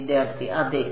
വിദ്യാർത്ഥി അതെ